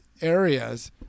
areas